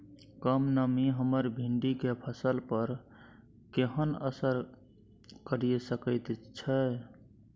कम नमी हमर भिंडी के फसल पर केहन असर करिये सकेत छै?